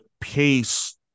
pace